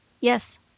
Yes